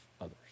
others